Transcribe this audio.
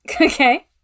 Okay